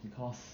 because